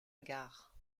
gare